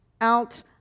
out